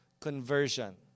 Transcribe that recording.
conversion